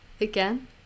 again